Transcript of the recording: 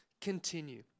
Continue